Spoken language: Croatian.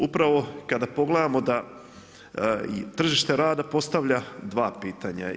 Upravo kada pogledamo da tržište rada postavlja 2 pitanja.